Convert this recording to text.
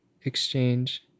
exchange